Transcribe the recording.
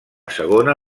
segona